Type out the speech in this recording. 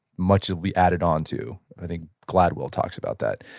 much will be added onto. i think gladwell talks about that.